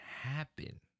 happen